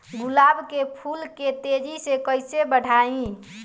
गुलाब के फूल के तेजी से कइसे बढ़ाई?